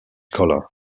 color